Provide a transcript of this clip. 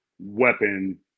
weapon